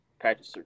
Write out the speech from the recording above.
Patrick